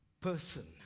person